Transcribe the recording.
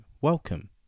Welcome